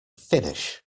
finish